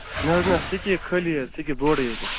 نہَ حظ نہَ سِکیٖپ خٲلی حظ سِکیٖپ بورڑٕے یٲتۍ حظ